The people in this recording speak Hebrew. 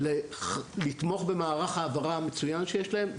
לתמוך במערך ההעברה המצוין שיש להם,